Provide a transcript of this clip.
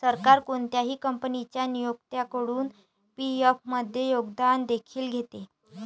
सरकार कोणत्याही कंपनीच्या नियोक्त्याकडून पी.एफ मध्ये योगदान देखील घेते